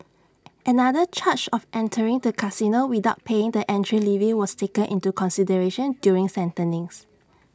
another charge of entering the casino without paying the entry levy was taken into consideration during sentencing